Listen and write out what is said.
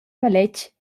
maletg